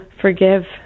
forgive